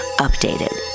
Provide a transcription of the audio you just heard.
Updated